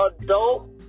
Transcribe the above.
adult